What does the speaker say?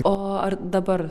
o ar dabar